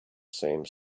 same